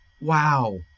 Wow